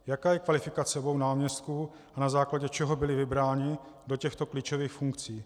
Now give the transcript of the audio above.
Jaká je kvalifikace obou náměstků, na základě čeho byli vybráni do těchto klíčových funkcí?